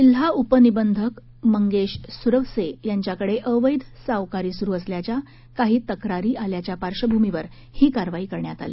जिल्हा उपनिबंधक मंगेश सुरवसे यांच्याकडे अवैध सावकारी सुरू असल्याच्या काही तक्रारी आल्याच्या पार्श्वभूमीवर ही कारवाई करण्यात आली